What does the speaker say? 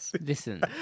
Listen